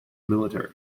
military